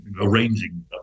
arranging